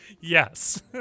Yes